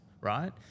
right